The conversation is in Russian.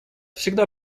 всегда